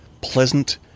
pleasant